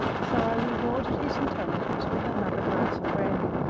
so i rewarded his intelligence with another glass of brandy,